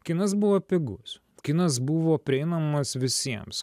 kinas buvo pigus kinas buvo prieinamas visiems